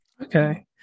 Okay